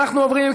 אנחנו עוברים,